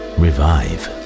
revive